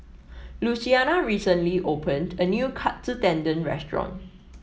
Luciana recently opened a new Katsu Tendon Restaurant